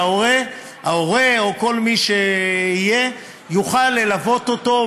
וההורה או כל מי שיהיה יוכל ללוות אותו,